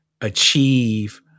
achieve